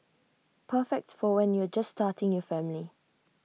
perfect for when you're just starting your family